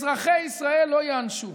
אזרחי ישראל לא ייענשו.